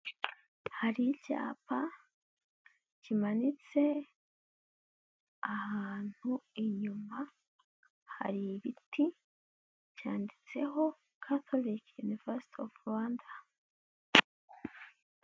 Hari icyapa kimanitse ahantu inyuma hari ibiti cyanditseho katoliki yunivaziti ofu Rwanda.